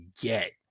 get